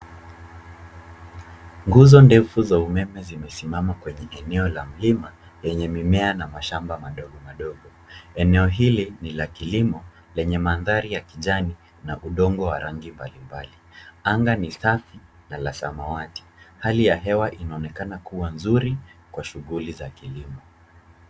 Nguzo ndefu za umeme zimesimama kwenye eneo la mlima lenye mimea na mashamba madogo madogo. Eneo hili ni lenye kilimo na mandhari ya kijani na udongo wa rangi mbalimbali. Anga ni safi na samawati, hali ya hewa inaonekana kuwa nzuri kwa shughuli za kilimo.